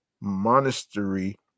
monastery